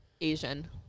Asian